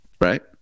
right